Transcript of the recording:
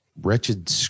wretched